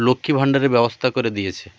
লক্ষ্মী ভান্ডারের ব্যবস্থা করে দিয়েছে